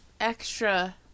extra